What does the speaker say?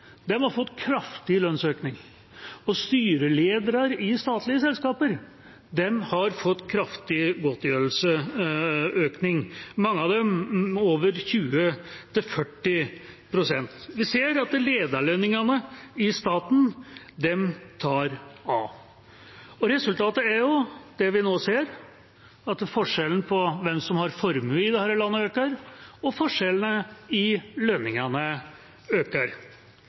dem 20–40 pst. Vi ser at lederlønningene i staten tar av. Resultatet er det vi nå ser: at forskjellene på hvem som har formue i dette landet, øker, og forskjellene i lønninger øker.